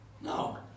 No